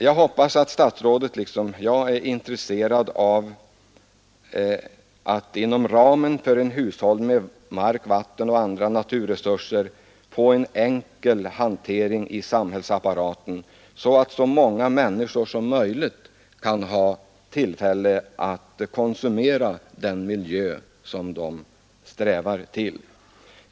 Jag hoppas att statsrådet liksom jag är intresserad av att inom ramen för en hushållning med mark, vatten och andra naturresurser nå en enkel hantering i samhällsapparaten, så att så många människor som möjligt kan få den miljö de strävar till.